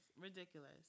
Ridiculous